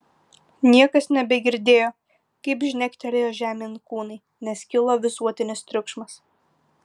niekas nebegirdėjo kaip žnektelėjo žemėn kūnai nes kilo visuotinis triukšmas